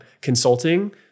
consulting